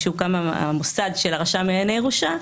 כשהוקם מוסד הרשם לענייני ירושה,